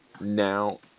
now